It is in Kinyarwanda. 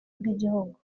bw’igihugu